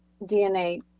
DNA